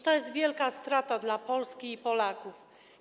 To jest wielka strata dla Polski i Polaków.